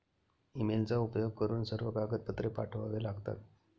ईमेलचा उपयोग करून सर्व कागदपत्रे पाठवावे लागतात